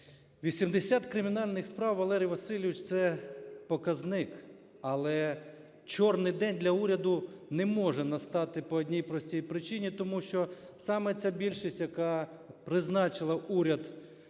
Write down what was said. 80 кримінальних справ, Валерій Васильович, це показник, але "чорний день" для уряду не може настати по одній простій причині: тому що саме ця більшість, яка призначила уряд працювати,